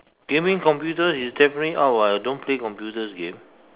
gaming computers is definitely out [what] I don't play computers game